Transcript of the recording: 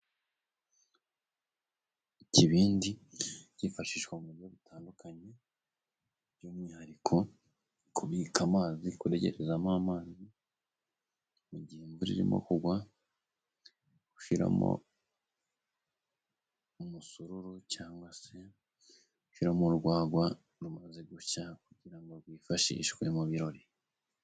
Ikibindi cyifashishwaga mu buryo butandukanye by'umwihariko kubika amazi, kuregekagamo amazi mu gihe imvura irimo kugwa, gushiramo umusururu cyangwa se gushyiramo urwagwa rumaze gushya kugira ngo rwifashishwe mu birori.